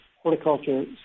Horticulture